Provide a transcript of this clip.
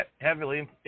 heavily